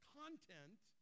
content